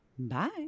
Bye